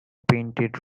painted